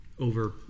over